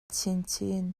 chinchin